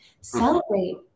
celebrate